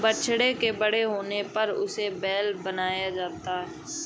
बछड़े के बड़े होने पर उसे बैल बनाया जाता है